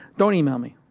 don't email me,